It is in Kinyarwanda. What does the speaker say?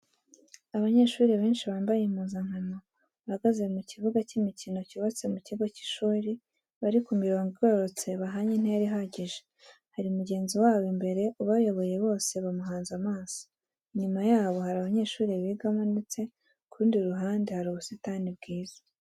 Abanyeshuri benshi bambaye impuzankano bahagaze mu kibuga cy'imikino cyubatse mu kigo cy'ishuri, bari ku mirongo igororotse bahanye intera ihagije hari mugenzi wabo imbere ubayoboye bose bamuhanze amaso, inyuma yabo hari amashuri bigamo ndetse ku rundi ruhande hari ubusitani bwiza.